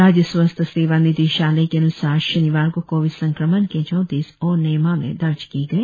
राज्य स्वास्थ्य सेवा निदेशालय के अन्सार शनिवार को कोविड संक्रमण के चौतीस और नए मामले दर्ज किए गए